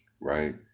Right